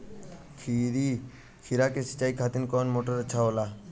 खीरा के सिचाई खातिर कौन मोटर अच्छा होला?